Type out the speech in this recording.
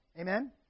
Amen